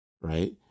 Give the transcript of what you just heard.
right